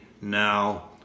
Now